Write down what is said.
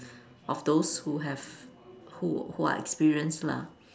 of those who have who who are experienced lah